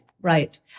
right